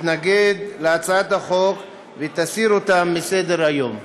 תתנגד להצעת החוק ותסיר אותה מסדר-היום.